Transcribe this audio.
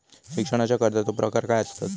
शिक्षणाच्या कर्जाचो प्रकार काय आसत?